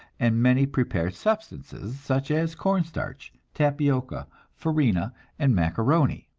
and many prepared substances such as corn-starch, tapioca, farina and macaroni.